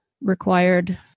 Required